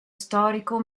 storico